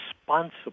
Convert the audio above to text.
responsible